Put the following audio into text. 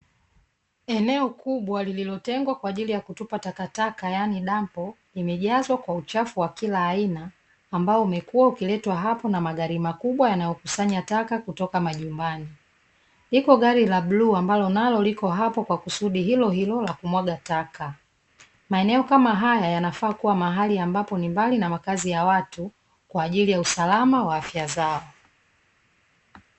Eneo kubwa lililotengwa kwa ajili ya kutupa takataka yaani dampo. Limejazwa kwa uchafu wakila aina, ambao umekuwa ukiletwa hapo na magari makubwa yanayo kusanya taka kutoka majumbani. Liko gari la bluu ambalo liko kwa kusudi hilohilo la kumwaga taka, maeneo kama haya yanafaa kuwa mali ambapo ni mbali na makazi ya watu kwa ajili ya usalama wa afya zao.